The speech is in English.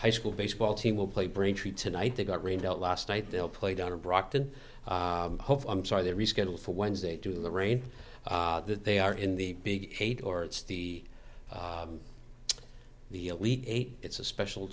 high school baseball team will play braintree tonight they got rained out last night they'll play down to brockton hope i'm sorry they rescheduled for wednesday to the rain that they are in the big eight or it's the the elite eight it's a special